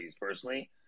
personally